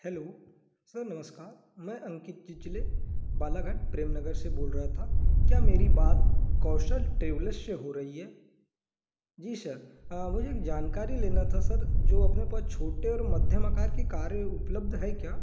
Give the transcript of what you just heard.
hello sir नमस्कार मैं अंकित चिंचिले बालाघाट प्रेमनगर से बोल रहा था क्या मेरी बात कौशल ट्रैवल्स से हो रही है जी सर मुझे एक जानकारी लेनी था सर जो अपने पास छोटे और मध्यम आकार की कारें उपलब्ध हैं क्या